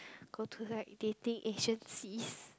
go to like dating agency